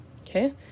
Okay